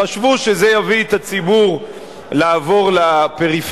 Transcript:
חשבו שזה יביא את הציבור לעבור לפריפריה.